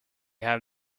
have